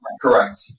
Correct